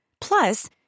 Plus